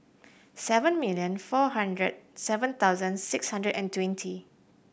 seven million four hundred seven thousand six hundred and twenty